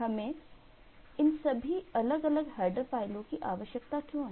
हमें इन सभी अलग अलग हेडर फ़ाइलों की आवश्यकता क्यों है